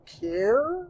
care